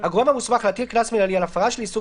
הגורם המוסמך להטיל קנס מינהלי על הפרה של איסור